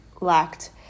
lacked